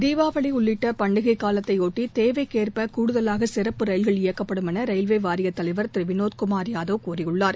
தீபாவளி உள்ளிட்ட பண்டிகை காலத்தையொட்டி தேவைக்கேற்ப கூடுதாக சிறப்பு ரயில்கள் இயக்கப்படும் என ரயில்வே வாரியத் தலைவர் திரு வினோத் குமார் யாதவ் கூறியுள்ளார்